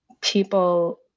people